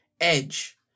Edge